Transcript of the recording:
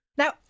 Now